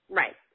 right